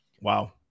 Wow